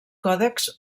còdexs